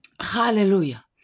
Hallelujah